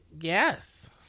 Yes